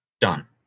done